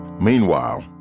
meanwhile,